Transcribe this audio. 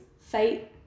fate